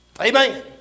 Amen